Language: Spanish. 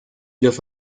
los